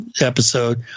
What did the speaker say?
episode